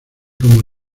como